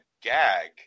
gag